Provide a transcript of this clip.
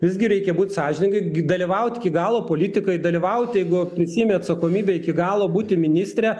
visgi reikia būt sąžiningai dalyvaut iki galo politikoje dalyvaut jeigu prisiėmei atsakomybę iki galo būti ministre